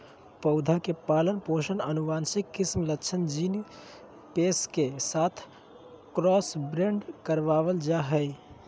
पौधा के पालन पोषण आनुवंशिक किस्म लक्षण जीन पेश के साथ क्रॉसब्रेड करबाल जा हइ